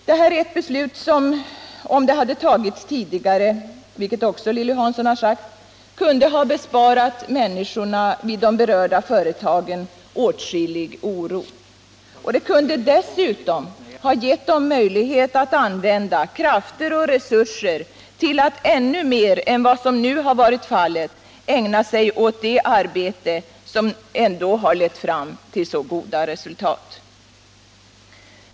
Det här är ett beslut som om det hade tagits tidigare, vilket också Lilly Hansson har sagt, skulle ha besparat människorna vid de berörda företagen åtskillig oro. Det kunde dessutom ha givit dem möjligheter att använda krafter och resurser till att ännu mer än vad som nu har varit fallet ägna sig åt det arbete som ändå lett fram till så goda resultat.